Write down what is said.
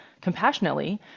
compassionately